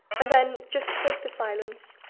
and then, just to break the silence,